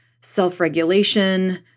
self-regulation